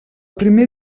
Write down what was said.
primer